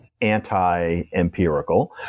anti-empirical